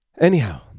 Anyhow